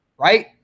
Right